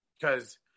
because-